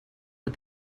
but